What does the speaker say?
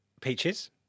Peaches